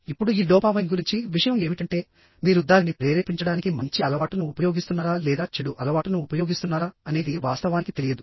ఇప్పుడుఈ డోపామైన్ గురించి విషయం ఏమిటంటే మీరు దానిని ప్రేరేపించడానికి మంచి అలవాటును ఉపయోగిస్తున్నారా లేదా చెడు అలవాటును ఉపయోగిస్తున్నారా అనేది వాస్తవానికి తెలియదు